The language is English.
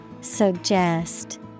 Suggest